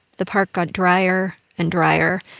the park got drier and drier.